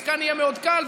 אז כאן יהיה מאוד קל,